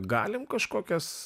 galim kažkokias